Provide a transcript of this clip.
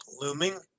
looming